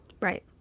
right